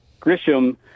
Grisham